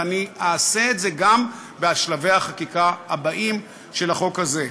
ואני אעשה את זה גם בשלבי החקיקה הבאים של החוק הזה.